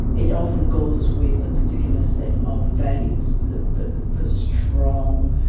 it often goes with a particular set of values that the the strong,